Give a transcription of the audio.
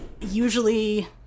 usually